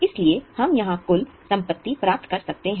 इसलिए हम यहां कुल संपत्ति प्राप्त करते हैं